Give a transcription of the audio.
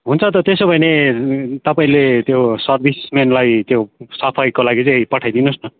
हुन्छ त त्यसो भने तपाईँले त्यो सर्भिसमेनलाई त्यो सफाइको लागि चाहिँ पठाइदिनुहोस् न